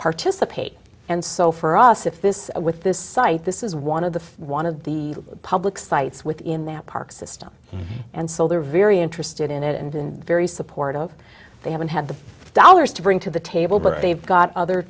participate and so for us if this with this site this is one of the one of the public sites within that park system and so they're very interested in it and been very supportive they haven't had the dollars to bring to the table but they've got other